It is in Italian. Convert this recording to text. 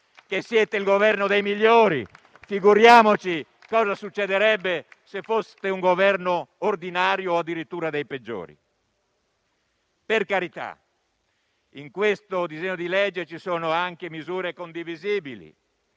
che siete il Governo dei migliori! Figuriamoci cosa succederebbe se foste un Governo ordinario, addirittura dei peggiori! Per carità, in questo disegno di legge ci sono anche misure condivisibili,